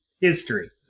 history